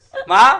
איתך.